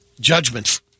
judgments